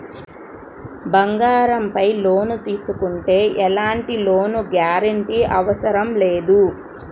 బంగారంపై లోను తీసుకుంటే ఎలాంటి లోను గ్యారంటీ అవసరం లేదు